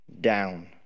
down